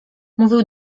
mówił